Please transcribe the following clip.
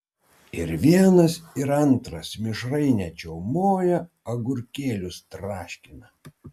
ir vienas ir antras mišrainę čiaumoja agurkėlius traškina